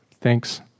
thanks